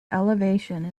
elevation